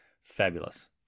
fabulous